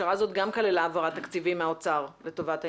הפשרה הזו כללה גם העברת תקציבים מהאוצר לטובת העניין.